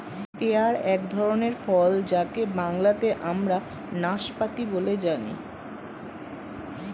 pair এক ধরনের ফল যাকে বাংলাতে আমরা নাসপাতি বলে জানি